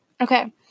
Okay